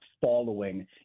following